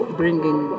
bringing